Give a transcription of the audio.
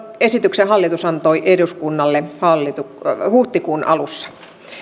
esityksen hallitus antoi eduskunnalle huhtikuun alussa